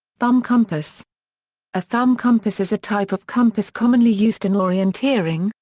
thumb compass a thumb compass is a type of compass commonly used in orienteering,